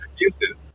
excuses